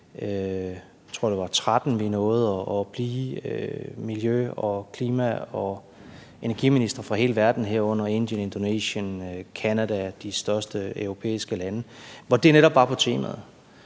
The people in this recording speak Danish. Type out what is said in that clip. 13 tror jeg vi nåede at blive – miljø-, klima- og energiministre fra hele verden, herunder Indien, Indonesien, Canada og de største europæiske lande, hvor det netop var på